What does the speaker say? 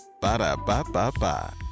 ba-da-ba-ba-ba